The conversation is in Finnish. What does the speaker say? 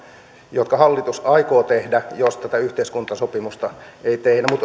jotka hallitus aikoo tehdä jos tätä yhteiskuntasopimusta ei tehdä